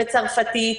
בצרפתית,